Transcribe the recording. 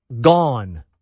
gone